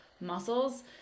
muscles